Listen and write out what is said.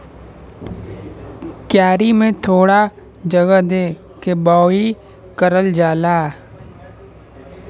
क्यारी में थोड़ा जगह दे के बोवाई करल जाला